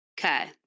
Okay